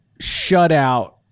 shutout